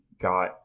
got